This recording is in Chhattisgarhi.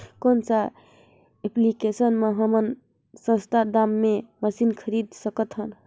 कौन सा एप्लिकेशन मे हमन सस्ता दाम मे मशीन खरीद सकत हन?